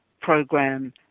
program